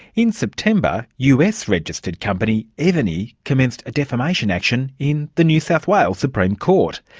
in september, us-registered company evony commenced a defamation action in the new south wales supreme court.